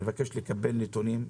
אבקש לקבל נתונים.